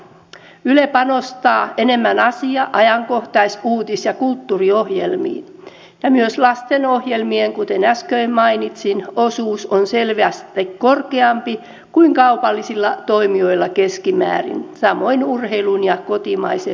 yle panostaa enemmän asia ajankohtais uutis ja kulttuuriohjelmiin ja myös lastenohjelmien kuten äsken mainitsin osuus on selvästi korkeampi kuin kaupallisilla toimijoilla keskimäärin samoin urheilun ja kotimaisen fiktion